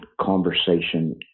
conversation